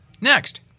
Next